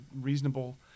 reasonable